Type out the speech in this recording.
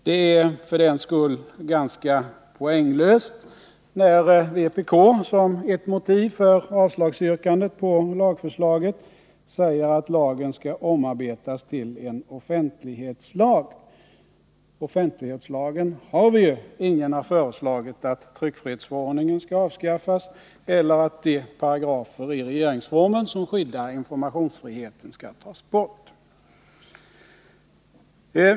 Det är för den skull ganska poänglöst när vpk som ett motiv för yrkandet om avslag på lagförslaget säger att lagen skall omarbetas till en offentlighetslag. Offentlighetslagen har vi ju. Ingen har föreslagit att tryckfrihetsförordnigen skall avskaffas eller att de paragrafer i regeringsformen som skyddar informationsfriheten skall tas bort.